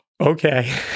Okay